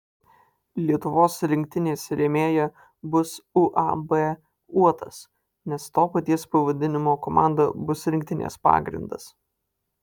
lietuvos rinktinės rėmėja bus uab uotas nes to paties pavadinimo komanda bus rinktinės pagrindas